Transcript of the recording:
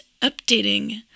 updating